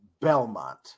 Belmont